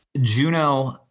Juno